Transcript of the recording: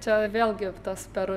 čia vėlgi tas per